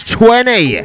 twenty